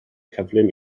cyflym